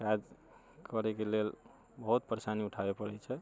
काज करेके लेल बहुत परेशानी उठाबे पड़ैत छै